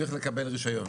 צריך לקבל רישיון.